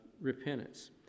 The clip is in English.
repentance